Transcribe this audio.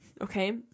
okay